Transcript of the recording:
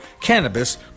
Cannabis